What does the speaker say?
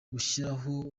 gushyiraho